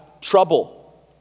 trouble